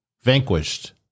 Vanquished